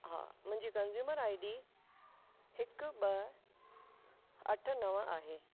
हा मुंहिंजी consumer I D हिकु ॿ अठ नव आहे